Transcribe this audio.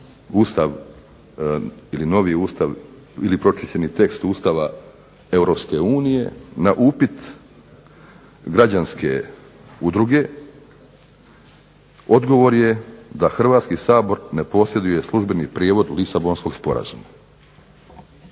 Ustav ili novi Ustav ili pročišćeni tekst Ustava Europske unije na upit građanske udruge, odgovor je da Hrvatski sabor ne posjeduje službeni prijevod Lisabonskog sporazuma.